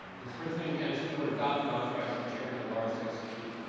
um that the prince william county school board adopt and authorize the chairman at-large to execute,